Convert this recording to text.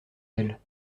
elle